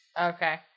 Okay